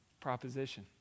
proposition